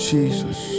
Jesus